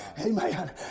Amen